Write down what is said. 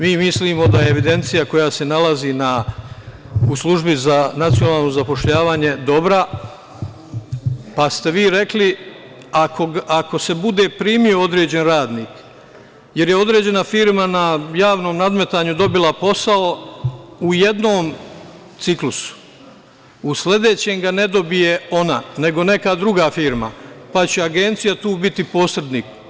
Mi mislimo da evidencija koja se nalazi u Službi za nacionalno zapošljavanje je dobra, pa ste vi rekli – ako se bude primio određeni radnik, jer je određena firma na javnom nadmetanju dobila posao u jednom ciklusu, u sledećem ga ne dobije ona nego neka druga firma, pa će agencija tu biti posrednik.